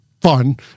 fun